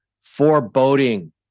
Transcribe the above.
foreboding